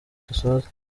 dusoza